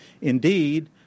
Indeed